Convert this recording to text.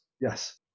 Yes